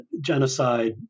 genocide